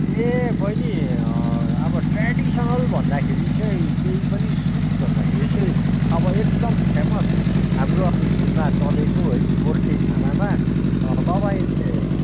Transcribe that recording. ए बैनी अब ट्रेडिसनल भन्दाखेरि चाहिँ त्यही पनि स्विट भन्दाखेरि चाहिँ अब एकदम फेमस हाम्रो अब हिलमा चलेको है गोर्खे खानामा अँ तपाईँहरूले